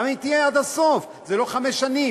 גם אם היא תהיה עד הסוף זה לא חמש שנים.